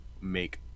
make